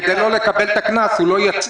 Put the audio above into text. כדי לא לקבל את הקנס, הוא לא יצהיר.